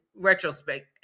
retrospect